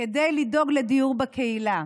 כדי לדאוג לדיור בקהילה.